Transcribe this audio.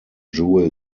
jewel